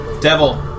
devil